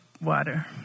water